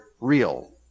real